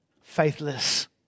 faithless